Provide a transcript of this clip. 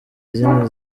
izindi